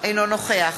אינו נוכח